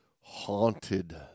haunted